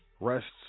rests